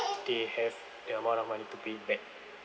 they have the amount of money to pay back